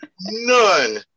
None